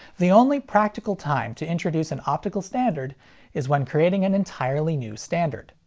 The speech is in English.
the only practical time to introduce an optical standard is when creating an entirely new standard.